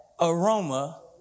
aroma